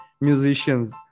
musicians